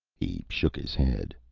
he shook his head.